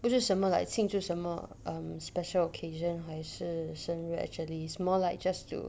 不是什么 like 庆祝什么 um special occasion 还是生日 actually is more like just to